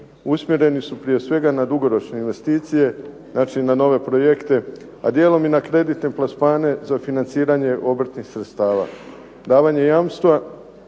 usmjereni su prije svega na dugoročne investicije. Znači, na nove projekte, a dijelom i na kreditne plasmane za financiranje obrtnih sredstava. Davanje jamstva